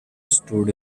stood